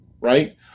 right